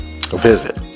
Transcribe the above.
visit